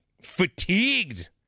fatigued